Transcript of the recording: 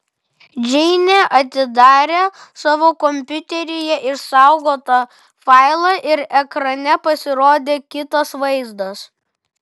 džeinė atidarė savo kompiuteryje išsaugotą failą ir ekrane pasirodė kitas vaizdas